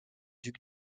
duc